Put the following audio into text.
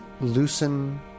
loosen